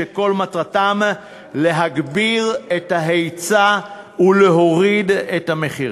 שכל מטרתן להגביר את ההיצע ולהוריד את המחירים.